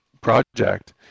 project